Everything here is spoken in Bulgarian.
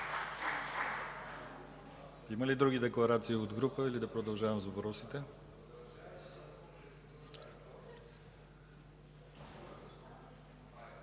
Има ли други декларации от групи, или да продължаваме с въпросите?